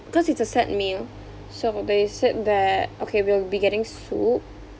cause it's a set meal so they said that okay we'll be getting soup